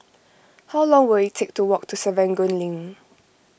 how long will it take to walk to Serangoon Link